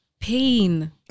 Pain